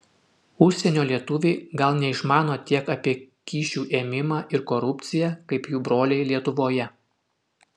užsienio lietuviai gal neišmano tiek apie kyšių ėmimą ir korupciją kaip jų broliai lietuvoje